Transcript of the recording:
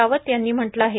रावत यांनी म्हटलं आहे